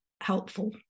helpful